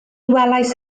welais